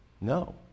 No